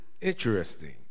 interesting